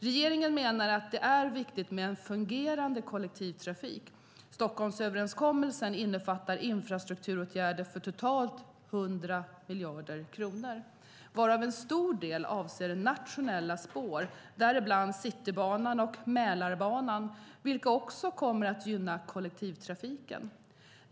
Regeringen menar att det är viktigt med en fungerande kollektivtrafik. Stockholmsöverenskommelsen innefattar infrastrukturåtgärder för totalt 100 miljarder kronor, varav en stor del avser nationella spår, däribland Citybanan och Mälarbanan, vilka också kommer att gynna kollektivtrafiken.